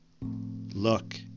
Look